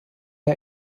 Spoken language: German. der